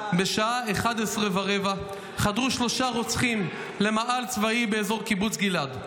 בשעה 11:15 חדרו שלושה רוצחים למאהל צבאי באזור קיבוץ גלעד.